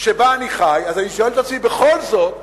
שבה אני חי, אז אני שואל את עצמי בכל זאת